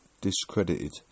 discredited